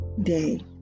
day